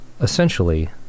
essentially